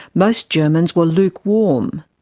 most germans were lukewarm.